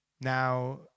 now